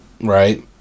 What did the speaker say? right